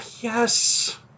Yes